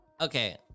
Okay